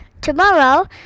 tomorrow